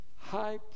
high